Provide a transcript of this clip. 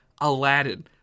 Aladdin